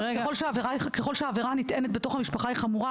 ככל שהעבירה הנטענת בתוך המשפחה היא חמורה,